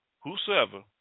whosoever